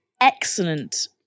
excellent